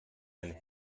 ein